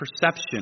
perception